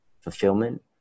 fulfillment